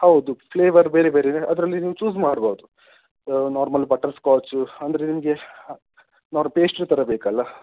ಹೌದು ಫ್ಲೇವರ್ ಬೇರೆ ಬೇರೆನೇ ಅದರಲ್ಲಿ ನೀವು ಚೂಸ್ ಮಾಡ್ಬೌದು ನಾರ್ಮಲ್ ಬಟರ್ಸ್ಕಾಚು ಅಂದರೆ ನಿಮಗೆ ನಾರ್ ಪೇಸ್ಟ್ರಿ ಥರ ಬೇಕಲ್ಲ